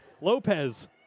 Lopez